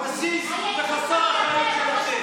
הפזיז וחסר האחריות.